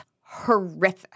horrific